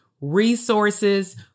resources